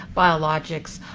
biologics.